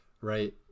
right